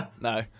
no